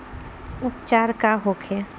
उपचार का होखे?